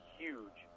huge